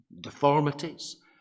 deformities